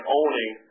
owning